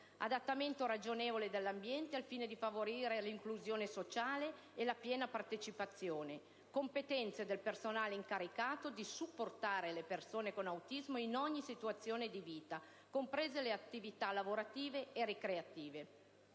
adattamento ragionevole dell'ambiente al fine di favorire l'inclusione sociale e la piena partecipazione delle persone con autismo; competenze del personale incaricato di supportare le persone con autismo in ogni situazione di vita, comprese le attività lavorative e ricreative.